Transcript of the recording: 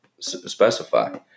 specify